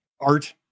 art